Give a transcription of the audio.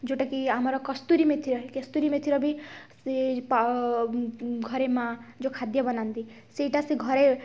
ଯେଉଁଟା କି ଆମର କସ୍ତୁରୀ ମେଥି ରହେ କେସ୍ତୁରୀ ମେଥିର ବି ସେଇ ପାଅ ଘରେ ମାଆ ଯେଉଁ ଖାଦ୍ୟ ବନାନ୍ତି ସେଇଟା ସେ ଘରେ